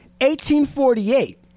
1848